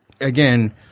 again